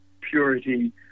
purity